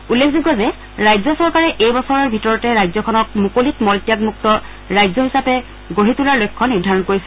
উল্লেখযোগ্য যে ৰাজ্য চৰকাৰে এই বছৰৰ ভিতৰতে ৰাজ্যখনক মুকলিত মল ত্যাগমুক্ত ৰাজ্য হিচাপে গঢ়ি তোলাৰ লক্ষ্য নিৰ্ধাৰণ কৰিছে